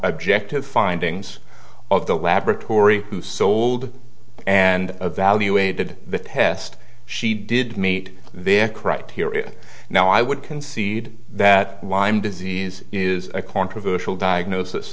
objective findings of the laboratory who sold and evaluated the test she did meet their criteria now i would concede that lyme disease is a controversial diagnosis